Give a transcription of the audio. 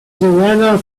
weather